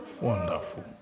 Wonderful